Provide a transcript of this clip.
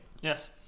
Yes